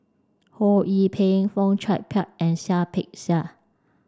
Ho Yee Ping Fong Chong Pik and Seah Peck Seah